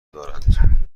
دارند